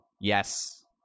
Yes